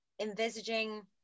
envisaging